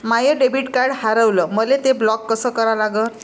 माय debit card हारवलं, मले ते ब्लॉक कस करा लागन?